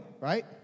right